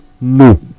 no